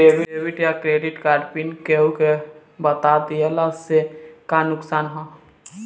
Debit या credit card pin केहूके बता दिहला से का नुकसान ह?